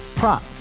Prop